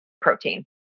protein